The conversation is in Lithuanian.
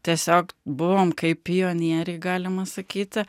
tiesiog buvom kaip pionieriai galima sakyti